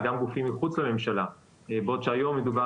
גם גופים מחוץ לממשלה בעוד שהיום מדובר